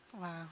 Wow